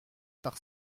par